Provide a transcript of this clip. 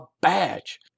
badge